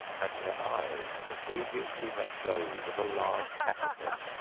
and her eyes immediately met those of a large caterpillar,